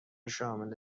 شامل